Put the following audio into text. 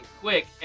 quick